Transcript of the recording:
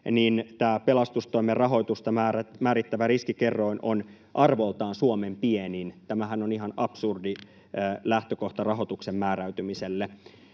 tämä pelastustoimen rahoitusta määrittävä riskikerroin on arvoltaan Suomen pienin. Tämähän on ihan absurdi lähtökohta rahoituksen määräytymiselle.